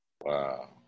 Wow